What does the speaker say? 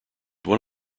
one